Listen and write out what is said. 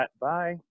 bye